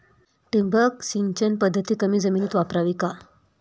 ठिबक सिंचन पद्धत कमी जमिनीत वापरावी का?